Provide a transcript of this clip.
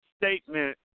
statement